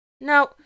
Now